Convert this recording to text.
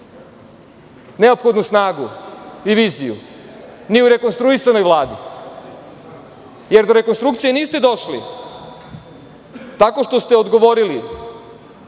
neophodnu snagu i viziju ni u rekonstruisanoj Vladi, jer do rekonstrukcije niste došli tako što ste odgovorili